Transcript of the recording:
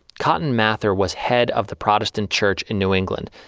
cotton mather was head of the protestant church in new england.